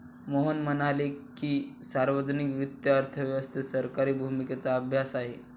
मोहन म्हणाले की, सार्वजनिक वित्त अर्थव्यवस्थेत सरकारी भूमिकेचा अभ्यास आहे